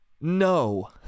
No